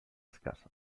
escassa